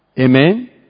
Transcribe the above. Amen